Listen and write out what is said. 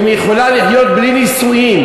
אם היא יכולה לחיות בלי נישואין,